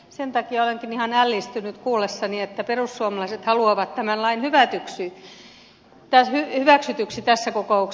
sen takia olenkin ihan ällistynyt kuullessani että perussuomalaiset haluavat tämän lain hyväksytyksi tässä kokouksessa